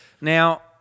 Now